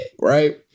right